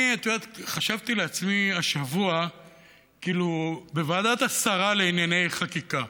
חשבתי לעצמי השבוע שבוועדת השרה לענייני חקיקה,